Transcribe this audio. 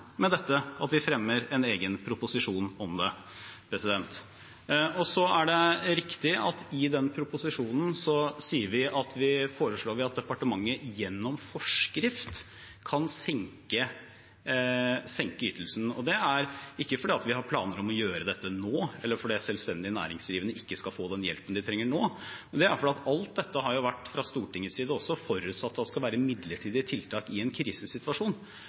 med dette at vi fremmer en egen proposisjon om det. Det er riktig at vi i den proposisjonen foreslår at departementet gjennom forskrift kan senke ytelsen. Det er ikke fordi vi har planer om å gjøre dette nå, eller fordi selvstendig næringsdrivende ikke skal få den hjelpen de trenger nå. Det er fordi det har vært forutsatt, også fra Stortingets side, at alt dette skal være midlertidige tiltak i en krisesituasjon.